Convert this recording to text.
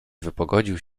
wypogodził